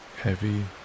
heavy